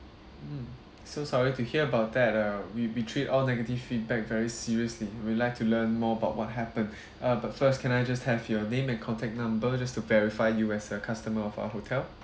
mm so sorry to hear about that uh we we treat all negative feedback very seriously we'd like to learn more about what happened uh but first can I just have your name and contact number just to verify you as a customer of our hotel